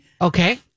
Okay